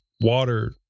water